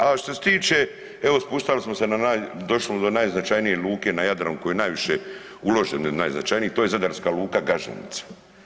A što se tiče, evo spuštali smo se, došli smo do najznačajnije luke na Jadranu u koju je najviše uloženo, najznačajnije to je zadarska luka Gaženica.